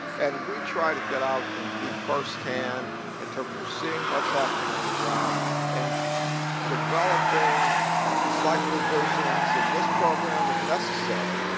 and we try to get out and be firsthand in terms of seeing what's happening on the ground and developing slight revisions in this program if necessary,